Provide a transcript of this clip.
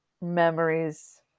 memories